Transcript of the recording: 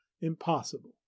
impossible